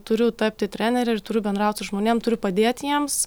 turiu tapti trenere ir turiu bendraut žmonėm turiu padėti jiems